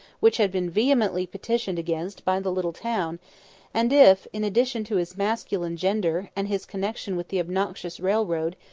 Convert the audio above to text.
which had been vehemently petitioned against by the little town and if, in addition to his masculine gender, and his connection with the obnoxious railroad,